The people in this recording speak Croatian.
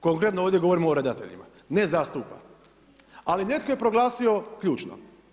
Konkretno ovdje govorimo o redateljima, ne zastupa, ali netko je proglasio ključno.